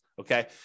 okay